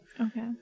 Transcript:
Okay